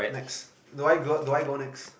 next do I go do I go next